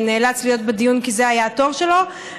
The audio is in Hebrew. שנאלץ להיות בדיון כי זה היה התור שלו,